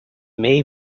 may